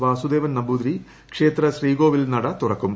വാസുദേവൻ നമ്പൂതിരി ക്ഷേത്ര ശ്രീകോവിൽ നട തുറക്കും